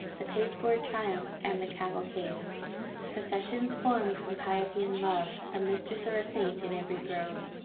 the pasteboard triumph, and the cavalcade processions form'd from piety and love, a mistress or a saint in every grove.